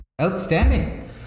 Outstanding